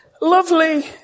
Lovely